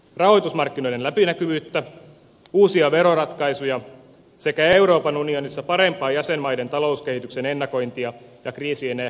rahoitusmarkkinoiden läpinäkyvyyttä uusia veroratkaisuja sekä euroopan unionissa parempaa jäsenmaiden talouskehityksen ennakointia ja kriisien ehkäisyä